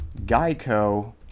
Geico